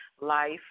life